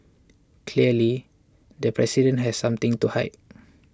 clearly the president has something to hide